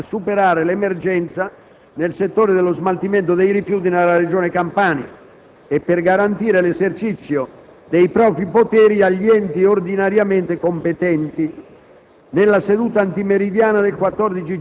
recante interventi straordinari per superare l'emergenza nel settore dello smaltimento dei rifiuti nella regione Campania e per garantire l'esercizio dei propri poteri agli enti ordinariamente competenti***